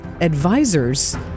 advisors